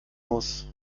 muss